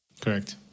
Correct